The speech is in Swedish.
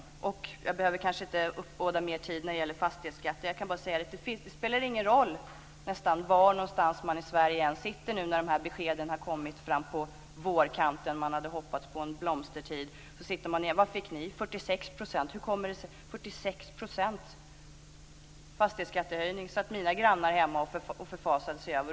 Fastighetsskatten behöver jag kanske inte uppbåda mer tid för. Det spelar nästan ingen roll var man finns i Sverige när det gäller de besked som kom fram på vårkanten då man hade hoppats på en blomstertid. I stället sitter man där med beskeden. Vad fick ni? 46 % i fastighetsskattehöjning satt mina grannar hemma och förfasade sig över.